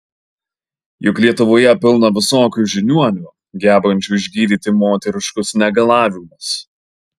juk lietuvoje pilna visokių žiniuonių gebančių išgydyti moteriškus negalavimus